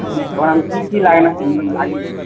ओकरामे की की लागै छै